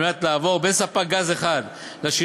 על מנת לעבור בין ספק גז אחד לשני